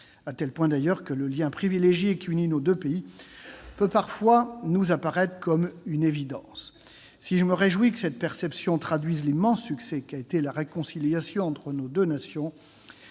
à tel point d'ailleurs que le lien privilégié qui unit nos deux pays peut parfois nous apparaître comme une évidence. Si je me réjouis que cette perception traduise l'immense succès qu'a été la réconciliation entre nos deux nations,